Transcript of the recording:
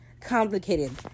Complicated